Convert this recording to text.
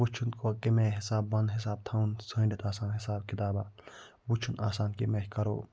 وٕچھُن کَمہِ آیہِ حِساب پَنُن حساب تھاوُن ژھٲنٛڈِتھ آسان حِساب کِتابا وٕچھُن آسان کَمہِ آیہِ کرو